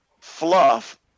fluff